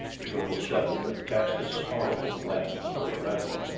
the girl shuddered and cast a sorrowful glance toward bradley.